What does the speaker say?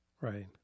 Right